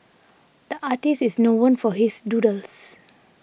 the artist is known for his doodles